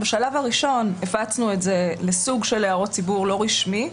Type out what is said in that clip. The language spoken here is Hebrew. בשלב הראשון הפצנו את הטיוטה הראשונה לסוג של הערות ציבור לא רשמי,